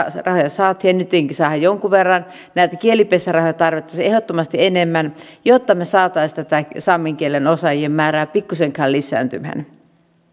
saatiin ja nyttenkin saadaan jonkun verran näitä kielipesärahoja tarvittaisiin ehdottomasti enemmän jotta me saisimme saamen kielen osaajien määrää pikkuisen lisääntymään